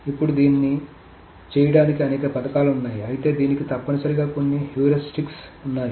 ఇప్పుడు దీన్ని చేయడానికి అనేక పథకాలు ఉన్నాయి అయితే దీనికి తప్పనిసరిగా కొన్ని హ్యూరిస్టిక్స్ ఉన్నాయి